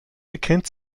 bekennt